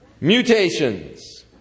mutations